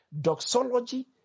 doxology